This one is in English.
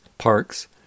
parks